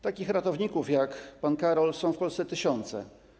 Takich ratowników jak pan Karol są w Polsce tysiące.